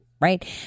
Right